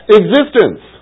existence